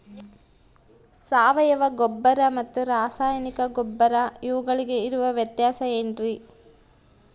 ಸಾವಯವ ಗೊಬ್ಬರ ಮತ್ತು ರಾಸಾಯನಿಕ ಗೊಬ್ಬರ ಇವುಗಳಿಗೆ ಇರುವ ವ್ಯತ್ಯಾಸ ಏನ್ರಿ?